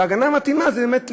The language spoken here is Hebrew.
וההגנה המתאימה היא באמת ליווי.